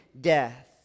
death